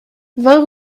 vingt